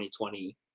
2020